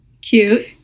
Cute